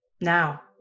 Now